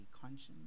conscience